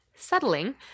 Settling